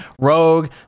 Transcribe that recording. Rogue